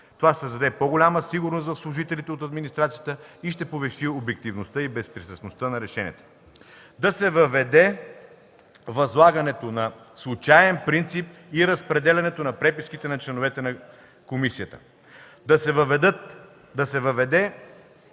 Това ще създаде по-голяма сигурност в служителите от администрацията и ще повиши обективността и безпристрастността на решенията; - да се въведе възлагането на случаен принцип и разпределението на преписките на членовете на комисията; - да се въведе